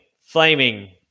flaming